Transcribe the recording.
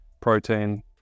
protein